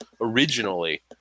originally